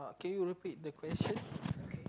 can you repeat the question